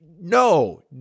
no